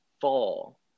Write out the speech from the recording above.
fall